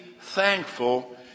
thankful